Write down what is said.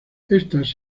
estas